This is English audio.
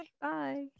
Bye